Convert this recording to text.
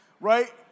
right